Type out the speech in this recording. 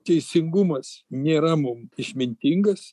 teisingumas nėra mum išmintingas